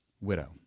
widow